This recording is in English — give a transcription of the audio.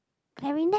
clarinet